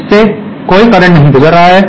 इससे कोई करंट नहीं गुजर रहा है